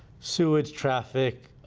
sewage, traffic,